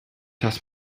has